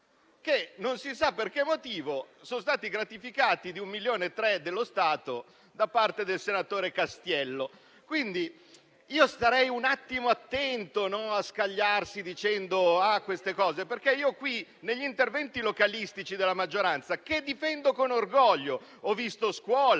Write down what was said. non si sa per quale motivo sono stati gratificati di 1,3 milioni dello Stato da parte del senatore Castiello. Quindi, io starei un attimo attento a scagliarmi contro il Governo dicendo queste cose, perché qui, negli interventi localistici della maggioranza, che difendo con orgoglio, ho visto scuole,